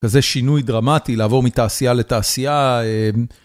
כזה שינוי דרמטי לעבור מתעשייה לתעשייה.